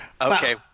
okay